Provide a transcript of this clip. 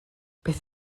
beth